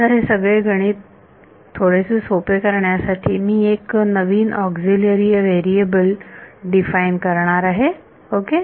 तर हे सगळे गणित थोडेसे सोपे करण्यासाठी मी एक नवीन ऑक्सिलिअरी व्हेरिएबल डिफाइन करणार आहेओके